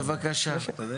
בבקשה.